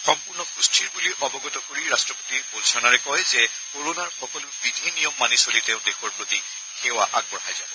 সম্পূৰ্ণ সুস্থিৰ বুলি অৱগত কৰি ৰাষ্ট্ৰপতি বলছ'নাৰে কয় যে ক'ৰণাৰ সকলো বিধি নিয়ম মানি চলি তেওঁ দেশৰ প্ৰতি সেৱা আগবঢ়াই যাব